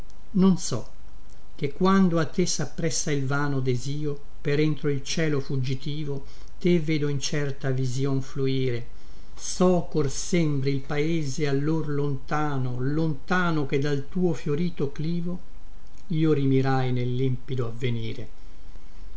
non so ché quando a te sappressa il vano desio per entro il cielo fuggitivo te vedo incerta visïon fluire so chor sembri il paese allor lontano lontano che dal tuo fiorito clivo io rimirai nel limpido avvenire